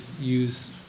use